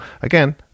again